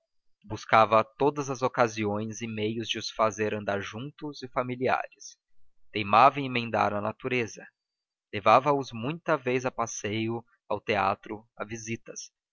buscava todas as ocasiões e meios de os fazer andar juntos e familiares teimava em emendar a natureza levava-os muita vez a passeio ao teatro a visitas